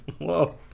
Whoa